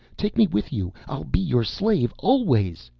take me with you i'll be your slave always!